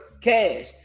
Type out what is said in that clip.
cash